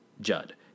Judd